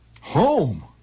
Home